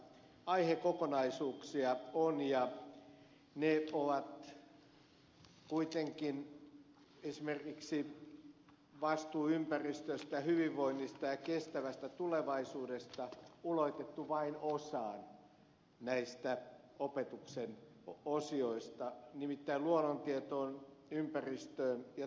aihekokonaisuuksia on mutta ne on kuitenkin esimerkiksi vastuu ympäristöstä hyvinvoinnista ja kestävästä tulevaisuudesta ulotettu vain osaan opetuksen osioista nimittäin luonnontietoon ympäristöön ja teknologiaan